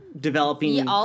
developing